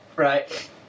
Right